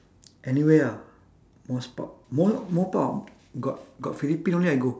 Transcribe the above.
anywhere ah most pub more more pub got got philippine only I go